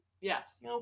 Yes